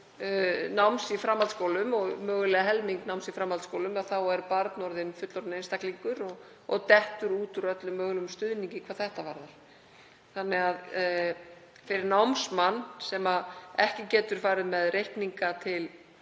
náms í framhaldsskólum, og mögulega helming náms, er barn orðið fullorðinn einstaklingur og dettur út úr öllum mögulegum stuðningi hvað þetta varðar. Fyrir námsmann sem ekki getur farið með reikninga til